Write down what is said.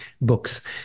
books